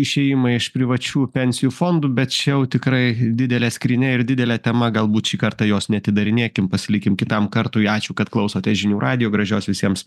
išėjimą iš privačių pensijų fondų bet čia jau tikrai didelė skrynia ir didelė tema galbūt šį kartą jos neatidarinėkim pasilikim kitam kartui ačiū kad klausote žinių radijo gražios visiems